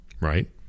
right